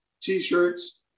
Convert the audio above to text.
t-shirts